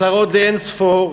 הצהרות לאין-ספור,